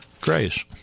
grace